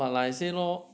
like I say lor